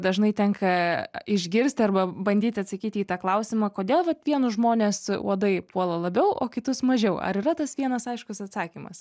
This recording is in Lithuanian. dažnai tenka išgirsti arba bandyti atsakyti į tą klausimą kodėl vat vienus žmones uodai puola labiau o kitus mažiau ar yra tas vienas aiškus atsakymas